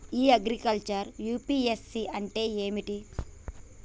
ఇ agriculture UPSC అంటే ఏమిటి?